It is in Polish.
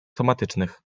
somatycznych